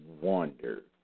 wonder